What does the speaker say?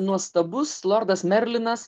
nuostabus lordas merlinas